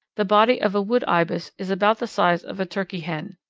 the body of a wood ibis is about the size of a turkey hen.